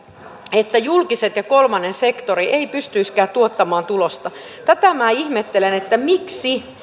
että julkiset ja kolmas sektori eivät pystyisikään tuottamaan tulosta tätä minä ihmettelen että miksi